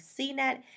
CNET